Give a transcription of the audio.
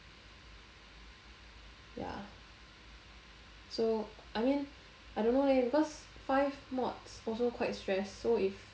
ya so I mean I don't know leh because five mods also quite stress so if